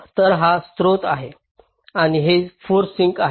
तर हा स्रोत आहे आणि हे 4 सिंक आहेत